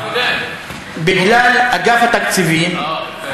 בגלל אגף התקציבים, אה, יפה.